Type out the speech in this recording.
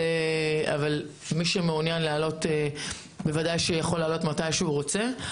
מי שמעוניין לעלות יכול לעלות מתי שהוא רוצה.